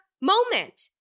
moment